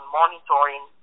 monitoring